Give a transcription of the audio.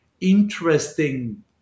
interesting